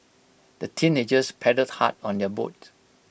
the teenagers paddled hard on their boat